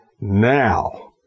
Now